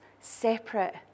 separate